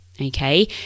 Okay